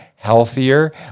healthier